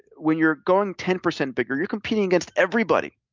when you're going ten percent bigger, you're competing against everybody.